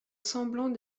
semblant